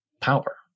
power